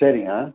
சரிங்க